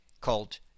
called